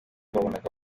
wabonaga